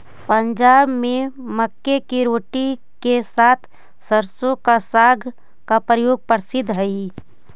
पंजाब में मक्के की रोटी के साथ सरसों का साग का प्रयोग प्रसिद्ध हई